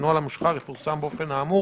הנוהל המושחר יפורסם באופן האמור